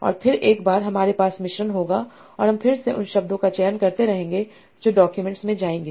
और फिर एक बार हमारे पास मिश्रण होगा तो हम फिर से उन शब्दों का चयन करते रहेंगे जो डॉक्यूमेंट्स में जाएंगे